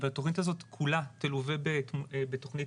אבל התוכנית הזאת כולה תלווה בתוכנית